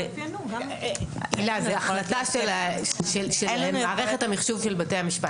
הילה, זה החלטה של מערכת המחשוב של בתי המשפט.